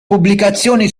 pubblicazioni